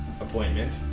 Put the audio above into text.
appointment